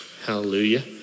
Hallelujah